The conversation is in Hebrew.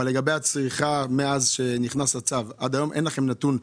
לגבי הצריכה מאז שנכנס הצו עד היום אין לכם נתון?